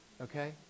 okay